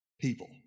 People